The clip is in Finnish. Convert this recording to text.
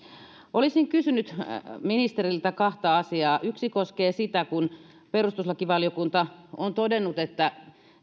olisin kysynyt ministeriltä kahta asiaa yksi koskee sitä kun perustuslakivaliokunta on todennut että